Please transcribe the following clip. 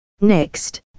Next